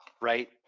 right